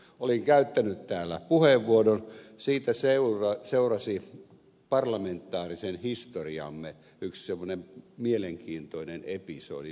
kun olin käyttänyt täällä puheenvuoron siitä seurasi parlamentaarisen historiamme yksi mielenkiintoinen episodivaihe